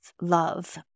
love